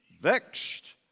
Vexed